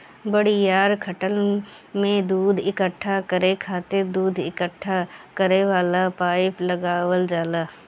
बड़ियार खटाल में दूध इकट्ठा करे खातिर दूध इकट्ठा करे वाला पाइप लगावल जाला